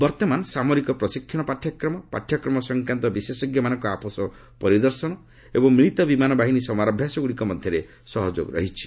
ବର୍ତ୍ତମାନ ସାମରିକ ପ୍ରଶିକ୍ଷଣ ପାଠ୍ୟକ୍ରମ ପାଠ୍ୟକ୍ରମ ସଂକ୍ରାନ୍ତ ବିଶେଷଜ୍ଞମାନଙ୍କ ଆପୋଷ ପରିଦର୍ଶନ ଏବଂ ମିଳିତ ବିମାନ ବାହିନୀ ସମରାଭ୍ୟାସଗୁଡ଼ିକ ମଧ୍ୟରେ ସହଯୋଗ ରହିଛି